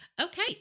Okay